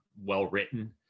well-written